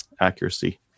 accuracy